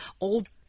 old